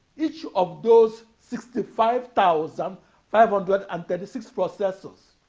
each of those sixty five thousand five hundred and thirty six processors